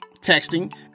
texting